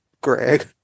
Greg